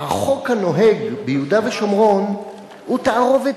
החוק הנוהג ביהודה ושומרון הוא תערובת